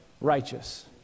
righteous